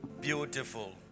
Beautiful